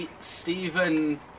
Stephen